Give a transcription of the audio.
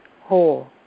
whole